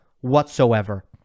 whatsoever